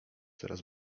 coraz